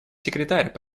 секретарь